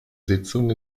sitzung